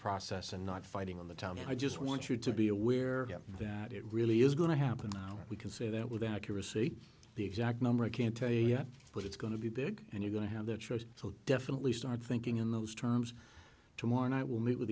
process and not fighting on the timing i just want you to be aware that it really is going to happen now we can say that with accuracy the exact number i can't tell you yet but it's going to be big and you're going to have that choice so definitely start thinking in those terms tomorrow night will meet with